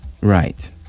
Right